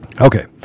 Okay